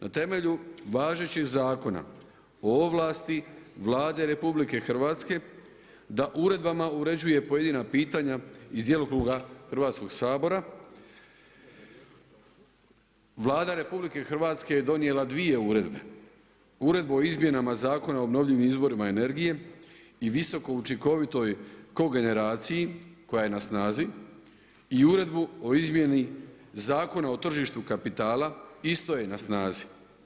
Na temelju važećih zakona o ovlasti Vlade RH da uredbama uređuje pojedina pitanja iz djelokruga Hrvatskog sabora Vlada RH je donijela dvije uredbe – Uredbu o izmjenama Zakona o obnovljivim izvorima energije i visoko učinkovitoj kogeneraciji koja je na snazi i Uredbu o izmjeni Zakona o tržištu kapitala isto je na snazi.